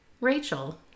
Rachel